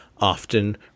often